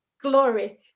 glory